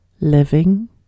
living